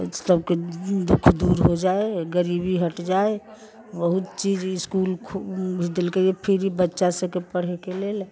सभके दुःख दूर हो जाय गरीबी हटि जाय बहुत चीज इस्कुल खूब देलकैए फ्री बच्चासभके पढ़यके लेल